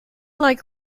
like